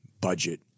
budget